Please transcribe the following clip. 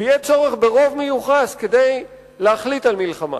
ויהיה צורך ברוב מיוחס כדי להחליט על מלחמה.